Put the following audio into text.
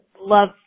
love